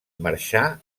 marxà